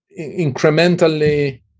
incrementally